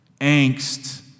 angst